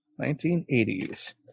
1980s